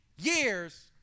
years